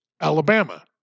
Alabama